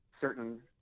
certain